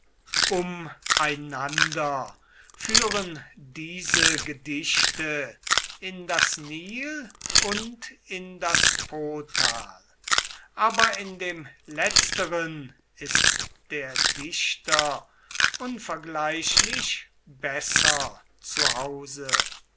umeinander führen diese gedichte in das nil und in das potal aber in dem letzteren ist der dichter unvergleichlich besser